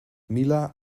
mila